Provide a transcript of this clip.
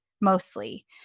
mostly